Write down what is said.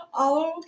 okay